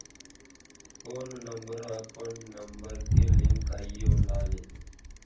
పోను number account number కి link అయ్యి ఉండాలి